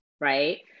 right